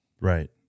Right